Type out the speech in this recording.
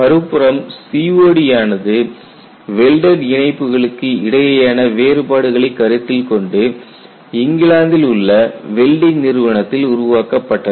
மறுபுறம் COD ஆனது welded இணைப்புகளுக்கு இடையேயான வேறுபாடுகளை கருத்தில்கொண்டு இங்கிலாந்தில் உள்ள வெல்டிங் நிறுவனத்தில் உருவாக்கப்பட்டது